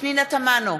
פנינה תמנו,